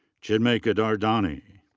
chinmay kedar dani.